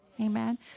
Amen